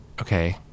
Okay